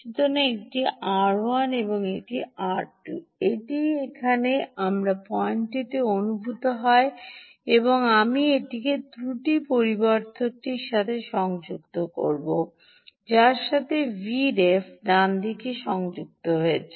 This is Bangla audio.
সুতরাং এটি R1 এবং এটি R2 এটিই এখানে আমার পয়েন্টটি অনুভূত হয় এবং আমি এটিকে ত্রুটি পরিবর্ধকটির সাথে সংযুক্ত করব যার সাথে Vref ডানদিকে সংযুক্ত রয়েছে